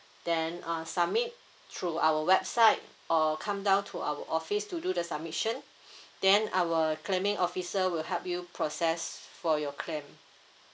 then uh submit through our website or come down to our office to do the submission then our claiming officer will help you process for your claim